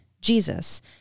Jesus